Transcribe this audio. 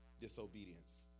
Disobedience